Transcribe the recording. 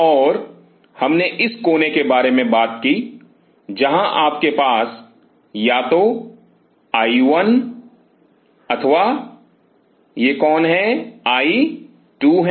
और हमने इस कोने के बारे में बात की जहां आपके पास या तो आई 1 अथवा यह कौन है आई 2 हैं